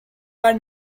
are